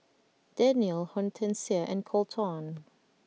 Daniella Hortencia and Colton